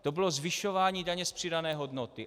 To bylo zvyšování daně z přidané hodnoty.